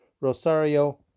Rosario